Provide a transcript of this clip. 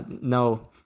No